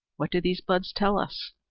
what do these buds tell us?